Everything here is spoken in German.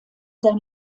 sein